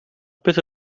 bitte